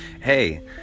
Hey